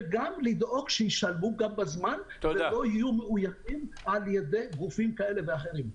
וגם לדאוג שישלמו בזמן ולא יהיו מאוימים על ידי גופים כאלה ואחרים.